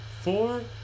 four